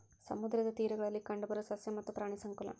ಸಮುದ್ರದ ತೇರಗಳಲ್ಲಿ ಕಂಡಬರು ಸಸ್ಯ ಮತ್ತ ಪ್ರಾಣಿ ಸಂಕುಲಾ